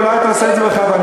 ואולי אתה עושה את זה בכוונה,